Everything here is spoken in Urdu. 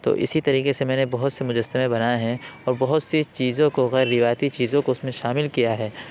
تو اسی طریقے سے میں نے بہت سے مجسمے بنائے ہیں اور بہت سی چیزوں کو غیر روایتی چیزوں کو اس میں شامل کیا ہے